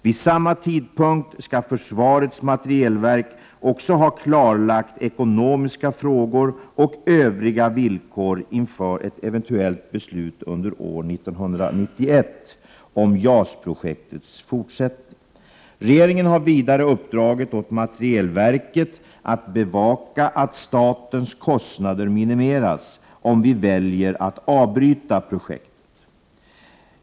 Vid samma tidpunkt skall försvarets materielverk också ha klarlagt ekonomiska frågor och övriga villkor inför ett eventuellt beslut under år 1991 om JAS-projektets fortsättning. Regeringen har vidare uppdragit åt materielverket att bevaka att statens kostnader minimeras, om vi väljer att avbryta projektet.